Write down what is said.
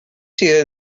sydd